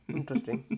Interesting